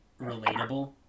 relatable